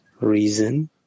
reason